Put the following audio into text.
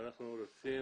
אנחנו רוצים